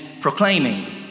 proclaiming